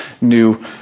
new